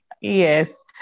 Yes